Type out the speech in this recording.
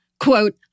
Quote